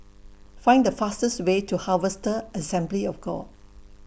Find The fastest Way to Harvester Assembly of God